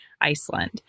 Iceland